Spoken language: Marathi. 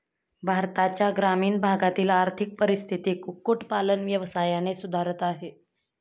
भारताच्या ग्रामीण भागातील आर्थिक परिस्थिती कुक्कुट पालन व्यवसायाने सुधारत आहे